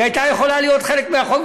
היא הייתה יכולה להיות חלק מהחוק,